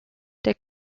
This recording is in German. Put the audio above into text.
der